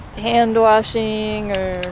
hand-washing or,